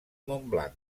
montblanc